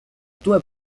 tue